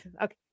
Okay